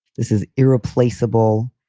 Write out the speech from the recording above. this is irreplaceable.